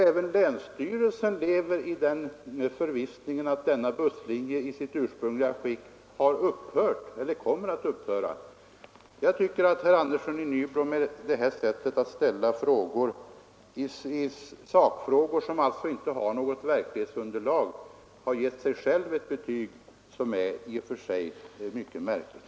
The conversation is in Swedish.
Även länsstyrelsen lever i förvissningen att denna busslinje i sitt ursprungliga skick har upphört eller kommer att upphöra. Jag tycker att herr Andersson i Nybro med det här sättet att diskutera sakfrågor utan verklighetsunderlag har gett sig själv ett betyg som i och för sig är mycket märkligt.